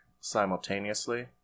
simultaneously